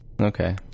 okay